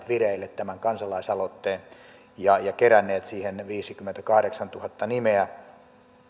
vireille tämän kansalaisaloitteen ja ja keränneet siihen ne viisikymmentäkahdeksantuhatta nimeä